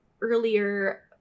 earlier